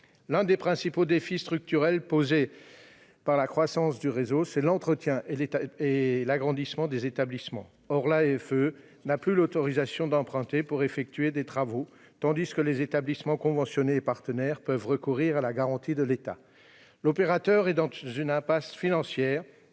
L'un des principaux défis structurels posés par la croissance du réseau est celui de l'entretien et de l'agrandissement des établissements en gestion directe. Or l'AEFE n'a plus l'autorisation d'emprunter pour effectuer des travaux, quand les établissements conventionnés et partenaires, eux, peuvent recourir à la garantie de l'État. L'opérateur est dans une impasse financière,